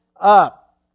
up